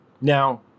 Now